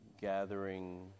gathering